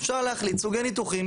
אפשר להחליט סוגי ניתוחים,